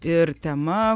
ir tema